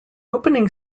opening